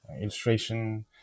illustration